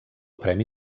premi